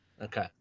Okay